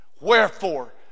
wherefore